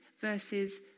versus